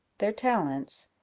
their talents,